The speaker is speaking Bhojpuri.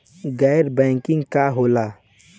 गैर बैंकिंग का होला?